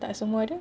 tak semua ada